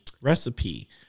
recipe